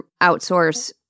outsource